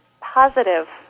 positive